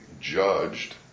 judged